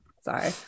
sorry